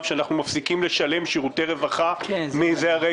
שאנחנו מפסיקים לשלם שירותי רווחה מרגע זה.